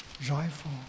joyful